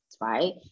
right